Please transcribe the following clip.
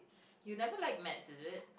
you never like maths is it